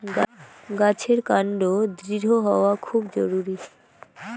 গাছের কান্ড দৃঢ় হওয়া খুব জরুরি